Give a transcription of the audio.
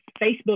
Facebook